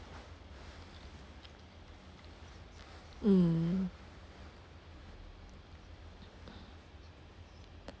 mm